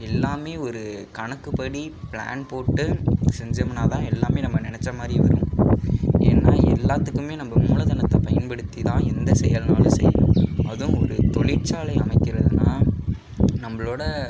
எல்லாமே ஒரு கணக்குபடி ப்ளான் போட்டு செஞ்சம்னால்தா எல்லாமே நம்ம நினச்ச மாதிரி வரும் ஏன்னால் எல்லாத்துக்குமே நம்ம மூலதனத்தை பயன்படுத்தி தான் எந்த செயல்னாலும் செய்யணும் அதுவும் ஒரு தொழிற்சாலை அமைக்கிறதுனா நம்மளோட